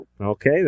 Okay